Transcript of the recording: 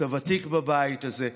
אתה ותיק בבית הזה,